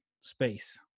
space